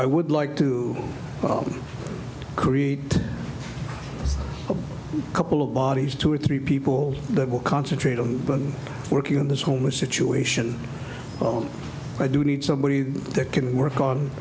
i would like to create a couple of bodies two or three people that will concentrate on but working on this homeless situation i do need somebody that can work on